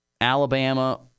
Alabama